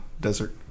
desert